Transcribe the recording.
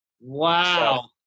Wow